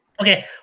Okay